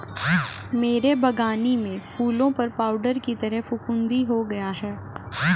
मेरे बगानी में फूलों पर पाउडर की तरह फुफुदी हो गया हैं